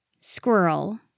Squirrel